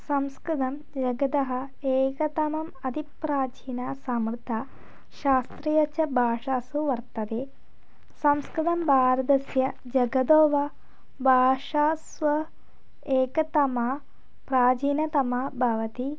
संस्कृतं जगतः एकतमम् अतिप्राचीना सा मृता शास्त्रीया च भाषासु वर्तते संस्कृतं भारतस्य जगतो वा भाषासु एकतमा प्राचीनतमा भवति